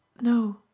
No